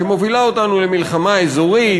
שמובילה אותנו למלחמה אזורית,